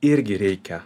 irgi reikia